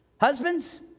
Husbands